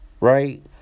right